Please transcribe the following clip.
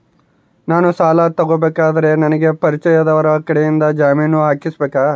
ನಾನು ಸಾಲ ತಗೋಬೇಕಾದರೆ ನನಗ ಪರಿಚಯದವರ ಕಡೆಯಿಂದ ಜಾಮೇನು ಹಾಕಿಸಬೇಕಾ?